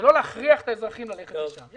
ולא להכריח את האזרחים ללכת לשם.